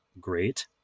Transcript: great